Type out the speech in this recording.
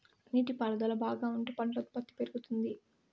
నీటి పారుదల బాగా ఉంటే పంట ఉత్పత్తి పెరుగుతుంది